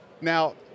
Now